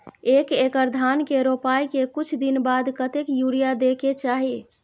एक एकड़ धान के रोपाई के कुछ दिन बाद कतेक यूरिया दे के चाही?